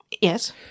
Yes